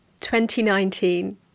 2019